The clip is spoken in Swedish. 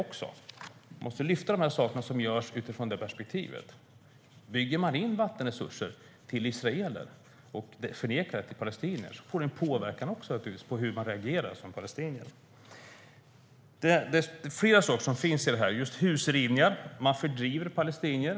Man måste lyfta fram de saker som görs utifrån det perspektivet. Bygger man in vattenresurser till israeler och nekar det till palestinier får det naturligtvis en påverkan på hur man reagerar som palestinier. Det är flera saker som finns i detta. Det är husrivningar. Man fördriver palestinier.